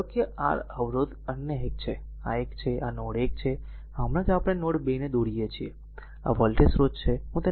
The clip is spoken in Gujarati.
ધારો કે આ r અવરોધ અન્ય એક છે અને આ એક છે આ r નોડ 1 છે હમણાં જ આપણે આ નોડ 2 ને દોરીએ છીએ અને આ વોલ્ટેજ સ્રોત છે